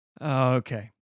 Okay